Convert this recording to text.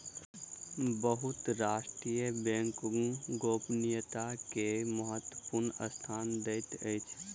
बहुत राष्ट्र बैंक गोपनीयता के महत्वपूर्ण स्थान दैत अछि